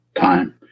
time